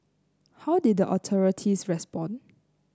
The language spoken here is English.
how did the authorities respond